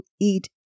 eat